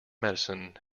medicine